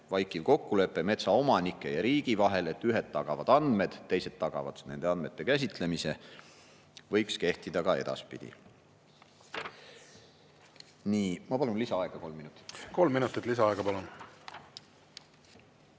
vaikiv kokkulepe metsaomanike ja riigi vahel, et ühed tagavad andmed, teised tagavad nende andmete käsitlemise, võiks kehtida ka edaspidi. Nii. Ma palun lisaaega kolm minutit. Kolm minutit lisaaega, palun!